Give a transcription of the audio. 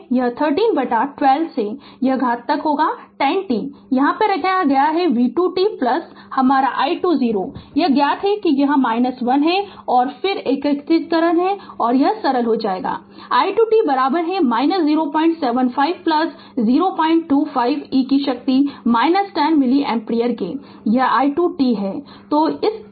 तो यह 30 बटा बारह 0 से ते घात तक होगा 10 t यहाँ रखें v २ t प्लस आपका i 2 0 है यह ज्ञात है कि यह 1 है और फिर एकीकृत और सरल हो जाएगा i 2 t 075 प्लस 025 e की शक्ति 10 मिली एम्पीयर यह i 2 t है